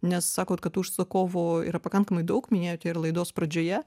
nes sakot kad tų užsakovų yra pakankamai daug minėjote ir laidos pradžioje